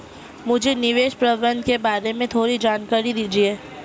मुझे निवेश प्रबंधन के बारे में थोड़ी जानकारी दीजिए